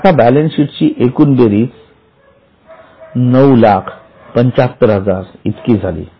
आता बॅलन्सशीट ची एकूण बेरीज ९७५००० इतकी झाली